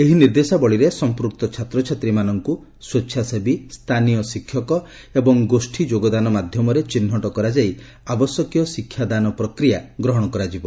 ଏହି ନିର୍ଦ୍ଦେଶାବଳୀରେ ସମ୍ପୃକ୍ତ ଛାତ୍ରଛାତ୍ରୀମାନଙ୍କୁ ସ୍ୱେଚ୍ଛାସେବୀ ସ୍ଥାନୀୟ ଶିକ୍ଷକ ଏବଂ ଗୋଷ୍ଠୀ ଯୋଗଦାନ ମାଧ୍ୟମରେ ଚିହ୍ରଟ କରାଯାଇ ଆବଶ୍ୟକୀୟ ଶିକ୍ଷାଦାନ ପ୍ରକ୍ରିୟା ଗ୍ରହଣ କରାଯିବ